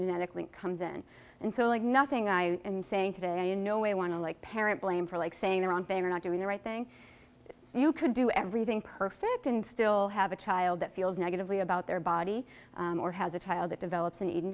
genetic link comes in and so like nothing i am saying today in no way want to like parent blame for like saying the wrong thing or not doing the right thing you could do everything perfect and still have a child that feels negatively about their body or has a child that develops an eating